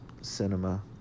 Cinema